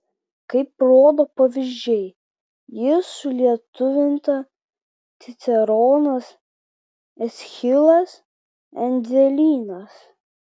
kaip rodo pavyzdžiai ji sulietuvinta ciceronas eschilas endzelynas